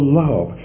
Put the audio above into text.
love